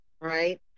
right